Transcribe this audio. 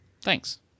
Thanks